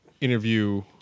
interview